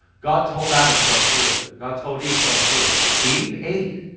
god told adam don't do it. god told eve don't do it. eve ate.